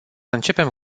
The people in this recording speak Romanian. începem